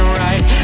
right